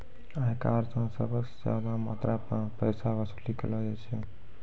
आयकर स सबस ज्यादा मात्रा म पैसा वसूली कयलो जाय छै